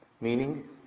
Meaning